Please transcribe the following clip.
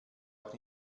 auch